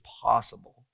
possible